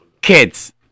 Kids